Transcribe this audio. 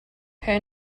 her